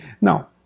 Now